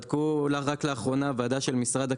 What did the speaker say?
בדקו רק לאחרונה ועדה של משרד הכלכלה,